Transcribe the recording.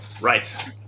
Right